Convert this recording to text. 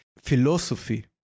philosophy